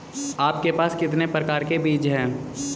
आपके पास कितने प्रकार के बीज हैं?